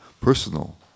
personal